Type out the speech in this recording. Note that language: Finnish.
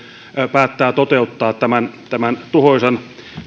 päättää toteuttaa tämän tämän tuhoisan